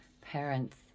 parents